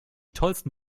tollsten